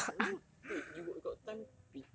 ya lah dude you you got time be